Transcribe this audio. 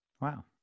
Wow